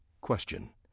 Question